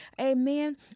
Amen